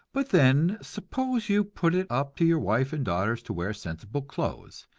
but then, suppose you put it up to your wife and daughters to wear sensible clothes,